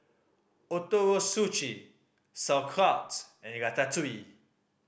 Ootoro Sushi Sauerkraut and Ratatouille